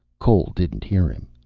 cole didn't hear him.